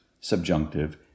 subjunctive